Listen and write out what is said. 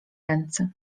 ręce